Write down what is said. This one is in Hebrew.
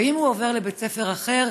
ואם הוא עובר לבית ספר אחר,